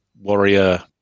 warrior